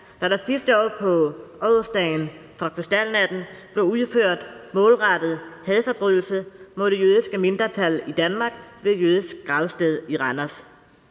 da der sidste år på årsdagen for krystalnatten blev udført målrettede hadforbrydelser mod det jødiske mindretal i Danmark på jødiske gravsteder i Randers.